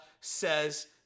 says